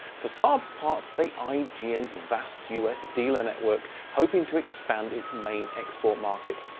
for saab's part, they eyed gm's vast us dealer network, hoping to expand its main export market.